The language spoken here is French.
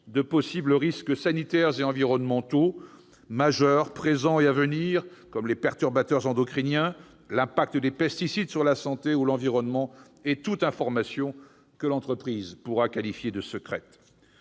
de possibles risques sanitaires et environnementaux majeurs présents et à venir : rôles des perturbateurs endocriniens, impact des pesticides sur la santé ou l'environnement, ou toute information que l'entreprise qualifiera de secrète.